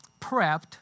prepped